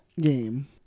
game